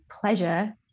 pleasure